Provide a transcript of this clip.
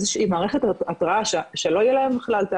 איזושהי מערכת התראה שלא יהיה להם בכלל את